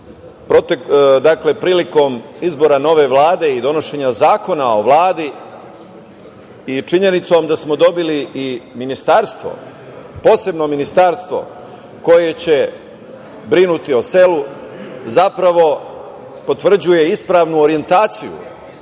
da je prilikom izbora nove Vlade i donošenja Zakona o Vladi i činjenicom da smo dobili i ministarstvo, posebno ministarstvo koje će brinuti o selu, zapravo potvrđuje ispravnu orijentaciju